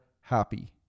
happy